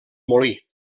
molí